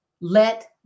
let